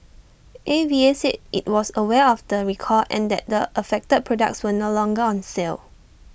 A V A said IT was aware of the recall and that the affected products were no longer on sale